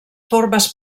formes